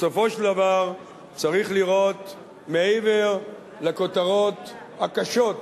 בסופו של דבר צריך לראות מעבר לכותרות הקשות והמרעישות,